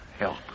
help